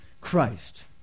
Christ